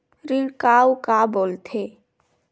ऋण का अउ का बोल थे?